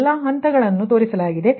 ಎಲ್ಲಾ ಹಂತಗಳನ್ನು ಈಗಾಗಲೇ ತೋರಿಸಲಾಗಿದೆ